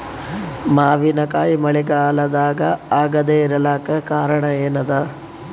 ಮಾವಿನಕಾಯಿ ಮಳಿಗಾಲದಾಗ ಆಗದೆ ಇರಲಾಕ ಕಾರಣ ಏನದ?